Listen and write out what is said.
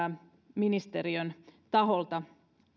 ministeriön taholta